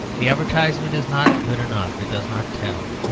the advertisement is not good enough it does not tell.